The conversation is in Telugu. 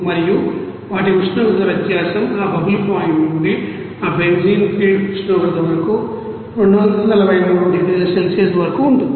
మరియు వాటి ఉష్ణోగ్రత వ్యత్యాసం ఆ బబుల్ పాయింట్ నుండి ఆ బెంజీన్ ఫీడ్ ఉష్ణోగ్రత వరకు 243 డిగ్రీల సెల్సియస్ వరకు ఉంటుంది